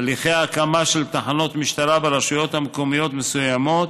הליכי הקמה של תחנות משטרה ברשויות מקומיות מסוימות